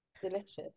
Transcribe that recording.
Delicious